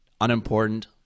unimportant